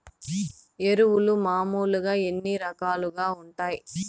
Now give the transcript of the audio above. ఎరువులు మామూలుగా ఎన్ని రకాలుగా వుంటాయి?